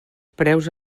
preus